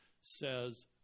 says